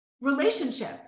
relationship